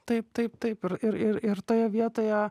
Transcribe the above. taip taip taip ir ir ir ir toje vietoje